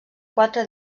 quatre